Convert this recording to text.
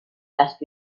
last